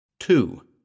Two